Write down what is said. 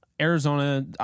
Arizona